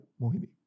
Mohini